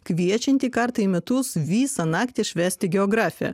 kviečianti kartą į metus visą naktį švęsti geografiją